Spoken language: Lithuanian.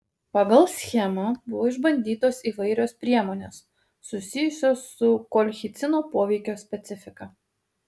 pagal schemą buvo išbandytos įvairios priemonės susijusios su kolchicino poveikio specifika